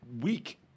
week